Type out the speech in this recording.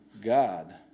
God